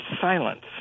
silence